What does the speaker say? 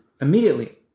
immediately